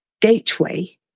gateway